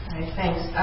thanks